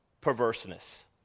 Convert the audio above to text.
perverseness